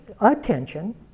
attention